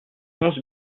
onze